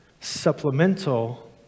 supplemental